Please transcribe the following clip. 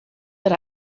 that